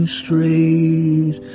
straight